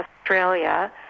australia